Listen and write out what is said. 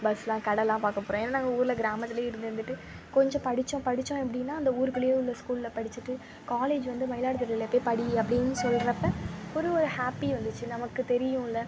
பஸ்ஸெலாம் கடைலாம் பார்க்க போகிறோம் ஏன்னால் எங்கள் ஊரில் கிராமத்திலையே இருந்து இருந்துட்டு கொஞ்சம் படித்தோம் படித்தோம் எப்படினா அந்த ஊருக்குள்ளையே உள்ள ஸ்கூலில் படிச்சுட்டு காலேஜ் வந்து மயிலாடுதுறையில் போய் படி அப்படினு சொல்லுறப்போ ஒரு ஒரு ஹாப்பி வந்துச்சு நமக்கு தெரியும்லை